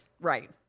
Right